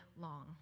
long